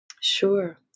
Sure